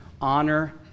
honor